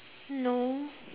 no